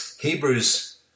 Hebrews